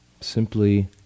Simply